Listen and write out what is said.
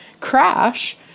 crash